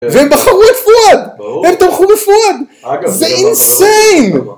והם בחרו את פועד, הם תומכו בפועד, זה אינסיין!